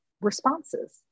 responses